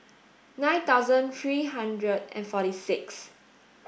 nine thousand three hundred and forty six